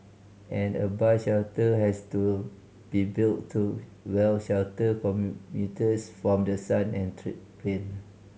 and a bus shelter has to be built to well shelter commuters from the sun and rain